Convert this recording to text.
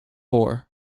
boar